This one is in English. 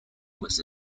was